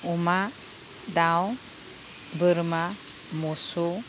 अमा दाउ बोरमा मोसौ